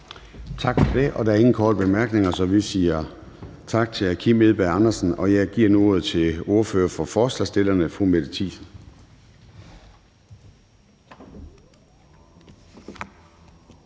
Tak for det. Der er ingen korte bemærkninger, så vi siger tak til hr. Kim Edberg Andersen. Og jeg giver nu ordet til ordføreren for forslagsstillerne, fru Mette Thiesen.